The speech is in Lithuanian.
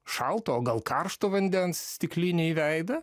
šalto gal karšto vandens stiklinę į veidą